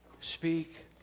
Speak